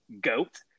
goat